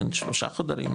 שלושה חדרים,